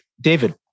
David